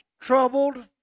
troubled